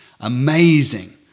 Amazing